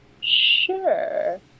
sure